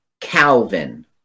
Calvin